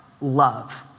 love